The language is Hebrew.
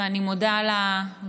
ואני מודה לווטרנים,